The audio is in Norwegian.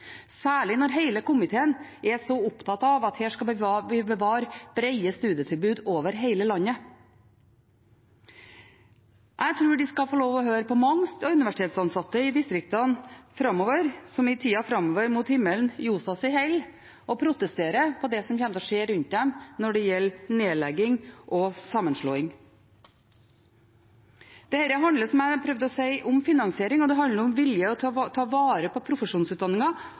særlig når hele komiteen er så opptatt av at vi skal bevare brede studietilbud over hele landet. Jeg tror de skal få lov å høre på mange universitetsansatte i distriktene som i tida framover mot himmelen ljosa held og protesterer på det som kommer til å skje rundt dem når det gjelder nedlegging og sammenslåing. Dette handler, som jeg prøvde å si, om finansiering, og det handler om vilje til å ta vare på